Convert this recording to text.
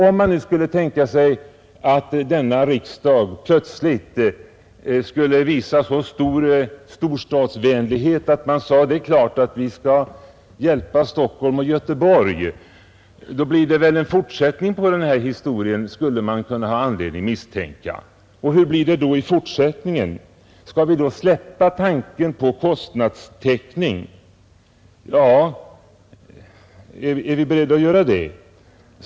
Om nu denna riksdag plötsligt skulle visa en sådan storstadsvänlighet att den sade att det är klart att vi skall hjälpa Stockholm och Göteborg, så skulle man väl kunna ha anledning att misstänka att det blir en fortsättning på den historien. Hur blir det då i fortsättningen? Skall vi släppa tanken på kostnadstäckning? Är vi beredda att göra det?